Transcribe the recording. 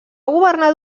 governar